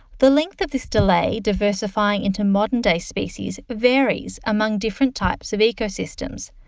the length of this delay diversifying into modern-day species varies among different types of ecosystem.